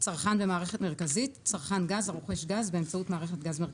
"צרכן במערכת מרכזית" צרכן גז הרוכש גז באמצעות מערכת גז מרכזית,"